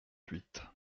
huit